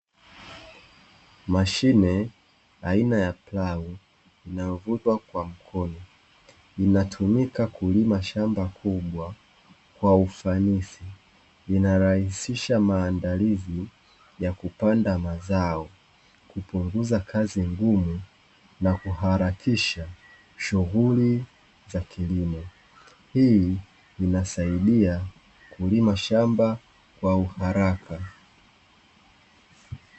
Mashine aina ya plau inayovutwa kwa mkono. Inatumika kulima shamba kubwa kwa ufanisi. Inarahisisha maandalizi ya kupanda mazao, kupunguza kazi ngumu na kuharakisha shughuli za kilimo. Hii inasaidia kulima shamba kwa uharaka.